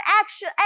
action